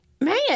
Man